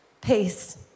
peace